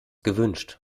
gewünscht